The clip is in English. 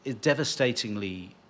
devastatingly